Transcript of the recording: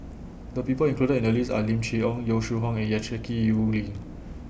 The People included in The list Are Lim Chee Onn Yong Shu Hoong and Jackie Yi Ru Ying